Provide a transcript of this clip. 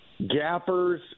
gappers